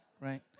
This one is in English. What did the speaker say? Right